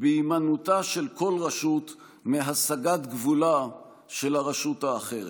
בהימנעותה של כל רשות מהסגת גבולה של הרשות האחרת.